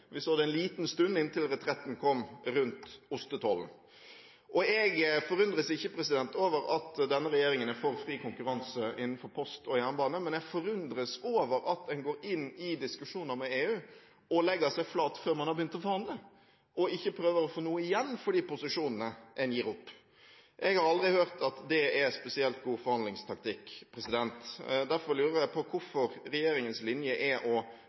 vi så det en liten stund – inntil retretten kom – i forbindelse med ostetollen. Jeg forundres ikke over at denne regjeringen er for fri konkurranse innenfor post og jernbane, men jeg forundres over at en går inn i diskusjoner med EU og legger seg flat før en har begynt å forhandle, og ikke prøver å få noe igjen for de posisjonene en gir opp. Jeg har aldri hørt at det er spesielt god forhandlingstaktikk. Derfor lurer jeg på hvorfor regjeringens linje er